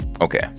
okay